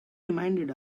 reminded